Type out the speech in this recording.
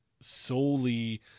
solely